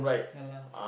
ya lah